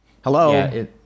hello